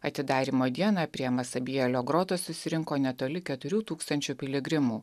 atidarymo dieną prie masabjelio grotos susirinko netoli keturių tūkstančių piligrimų